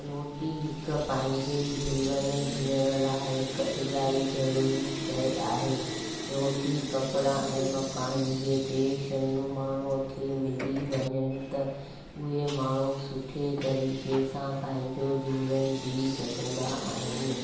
रोटी हिकु पंहिंजे जीवन जीअण लाइ हिक इलाही ज़रूरी शइ आहे रोटी कपिड़ा ऐं मकान इहे टे शयूं माण्हूअ खे मिली वञनि त उहे माण्हू सुठे तरीक़े सां पंहिंजो जीवन जी सघंदा आहिनि